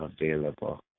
available